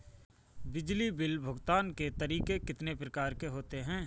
बिजली बिल भुगतान के तरीके कितनी प्रकार के होते हैं?